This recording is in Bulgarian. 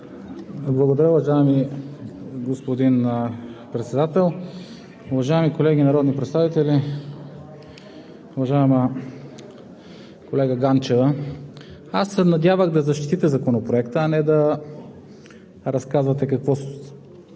Благодаря, уважаеми господин Председател. Уважаеми колеги народни представители! Уважаема колега Ганчева, аз се надявах да защитите Законопроекта, а не да разказвате какво